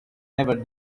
never